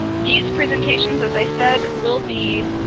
these presentations as i said will be